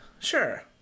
Sure